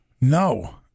No